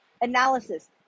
analysis